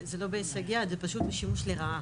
לא, זה לא בהישג יד, זה פשוט שימוש לרעה.